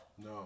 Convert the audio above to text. No